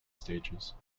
stages